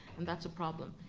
and that's a problem.